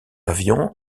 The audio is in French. avions